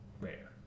rare